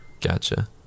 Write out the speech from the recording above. Gotcha